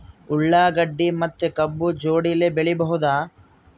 ಉಳ್ಳಾಗಡ್ಡಿ ಮತ್ತೆ ಕಬ್ಬು ಜೋಡಿಲೆ ಬೆಳಿ ಬಹುದಾ?